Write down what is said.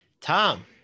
Tom